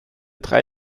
drei